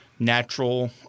natural